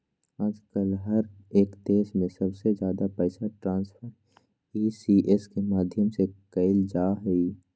आजकल हर एक देश में सबसे ज्यादा पैसा ट्रान्स्फर ई.सी.एस के माध्यम से कइल जाहई